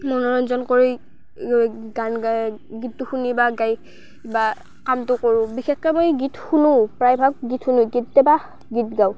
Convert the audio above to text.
মনোৰঞ্জন কৰি গান গায় গীতটো শুনি বা গায় বা কামটো কৰোঁ বিশেষকৈ মই গীত শুনো প্ৰায়ভাগ গীত শুনো কেতিয়াবা গীত গাওঁ